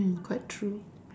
mm quite true